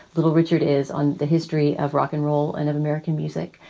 little richard is on the history of rock and roll and of american music.